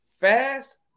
fast